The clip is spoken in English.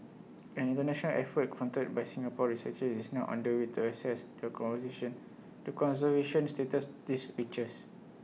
an International effort fronted by Singapore researchers is now under way to assess the conversation the conservation status these creatures